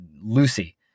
Lucy